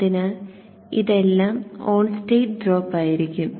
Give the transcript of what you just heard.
അതിനാൽ ഇതെല്ലാം on state drop ആയിരിക്കും